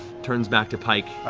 turns back to pike.